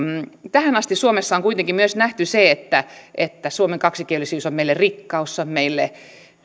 tähän asti suomessa on kuitenkin nähty myös se että että suomen kaksikielisyys on meille rikkaus se on meille